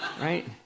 right